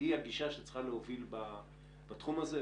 היא הגישה שצריכה להוביל בתחום הזה,